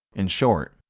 in short,